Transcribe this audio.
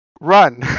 run